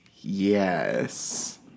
Yes